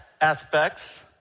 aspects